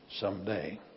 someday